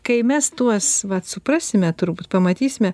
kai mes tuos vat suprasime turbūt pamatysime